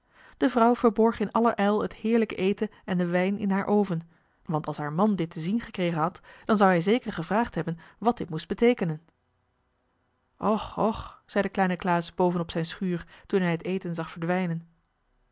de vrouw verborg in aller ijl het heerlijke eten en den wijn in haar oven want als haar man dit te zien gekregen had dan zou hij zeker gevraagd hebben wat dit moest beteekenen och och zei de kleine klaas boven op zijn schuur toen hij het eten zag verdwijnen